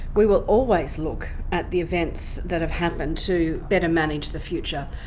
we will always look at the events that have happened to better manage the future.